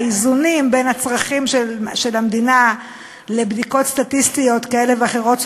האיזונים בין הצרכים של המדינה לבדיקות סטטיסטיות כאלה ואחרות,